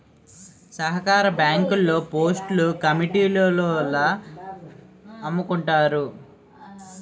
సహకార బ్యాంకుల్లో పోస్టులు కమిటీలోల్లమ్ముకున్నారు